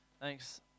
Thanks